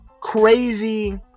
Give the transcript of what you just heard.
crazy